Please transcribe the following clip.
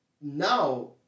now